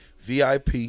VIP